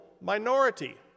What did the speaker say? minority